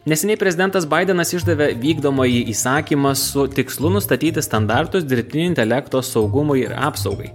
neseniai prezidentas baidenas išdavė vykdomąjį įsakymą su tikslu nustatyti standartus dirbtinio intelekto saugumui ir apsaugai